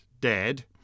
Dead